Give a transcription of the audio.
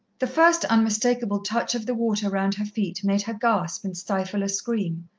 the first unmistakable touch of the water round her feet made her gasp and stifle a scream,